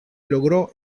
logró